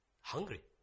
hungry